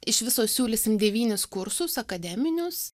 iš viso siūlysim devynis kursus akademinius